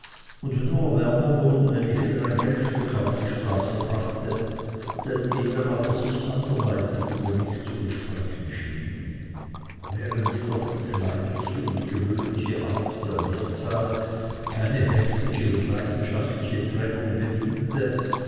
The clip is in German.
und nur wärmer wurden wenn ich wieder ein geldstück auf die straße brachte daneben aber sich anderweitig über mich zu besprechen schienen während jedoch die kleinliche und gewöhnliche art der mehrzahl keine heftige und leidenschaftliche trennung bedingte